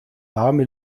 warme